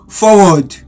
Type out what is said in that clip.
forward